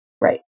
Right